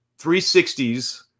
360s